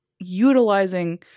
utilizing